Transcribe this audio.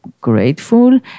grateful